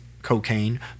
cocaine